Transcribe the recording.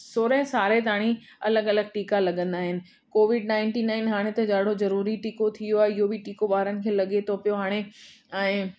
सोरहं साले ताणी अलॻि अलॻि टीका लॻंदा आहिनि कोविड नाइटी नाइन हाणे त ॾाढो ज़रूरी टीको थी वियो आहे इहो बि टीको ॿारनि खे लॻे थो पियो हाणे ऐं